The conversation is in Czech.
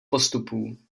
postupů